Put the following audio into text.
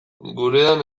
gurean